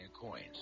Coins